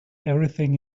everything